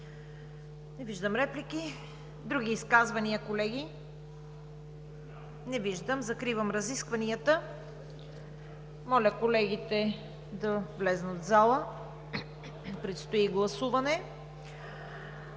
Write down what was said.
Не виждам. Други изказвания, колеги? Не виждам. Закривам разискванията. Моля колегите да влязат в залата – предстои гласуване.